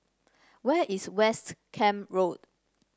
where is West Camp Road